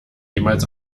jemals